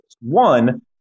one